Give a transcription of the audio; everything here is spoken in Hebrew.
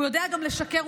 הוא יודע גם לשקר,